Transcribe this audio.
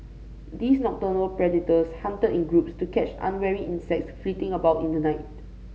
these nocturnal predators hunted in groups to catch unwary insects flitting about in the night